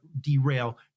derail